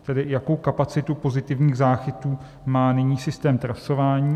Tedy: Jakou kapacitu pozitivních záchytů má nyní systém trasování?